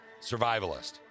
survivalist